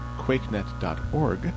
Quakenet.org